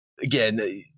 Again